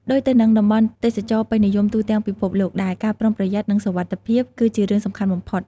ដូចទៅនឹងតំបន់ទេសចរណ៍ពេញនិយមទូទាំងពិភពលោកដែរ ការប្រុងប្រយ័ត្ន និងសុវត្ថិភាព គឺជារឿងសំខាន់បំផុត។